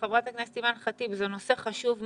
חברת הכנסת אימאן ח'טיב, זה נושא חשוב מאוד,